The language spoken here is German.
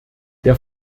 der